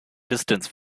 distance